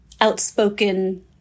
outspoken